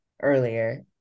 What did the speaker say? earlier